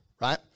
right